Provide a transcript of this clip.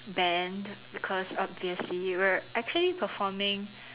band because obviously we are actually performing